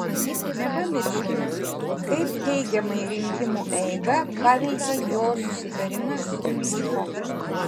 nepamirškime kaip teigiamai rinkimų eigą paveikė jo susitarimas su klyčko